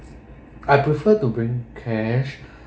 I prefer to bring cash